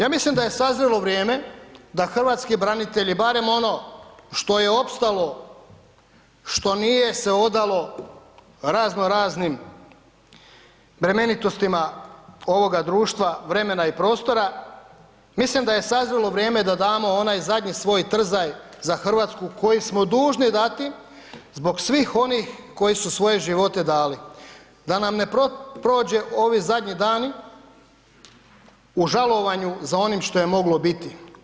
Ja mislim da je sazrjelo vrijeme da hrvatski branitelji, barem ono što je opstalo, što nije se odalo raznoraznim bremenitostima ovoga društva, vremena i prostora, mislim da je sazrjelo vrijeme da damo onaj zadnji svoj trzaj za Hrvatsku koji smo dužni dati zbog svih onih koji su svoje živote dali, da nam ne prođe ovi zadnji dani u žalovanju za onim što je moglo biti.